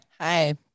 Hi